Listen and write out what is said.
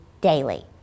daily